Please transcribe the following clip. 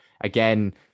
again